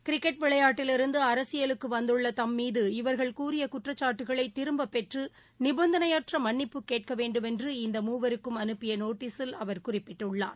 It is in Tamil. கிரிக்கெட் விளையாட்டிலிருந்து அரசியலுக்கு வந்துள்ள தம் மீது இவர்கள் கூறிய குற்றச்சாட்டுக்களை திரும்பப்பெற்று நிபந்தனையற்ற மன்னிப்பு கேட்க வேண்டுமென்று இந்த மூவருக்கும் அனுப்பிய நோட்டீஸில் அவர் குறிப்பிட்டுள்ளார்